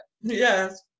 Yes